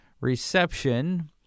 reception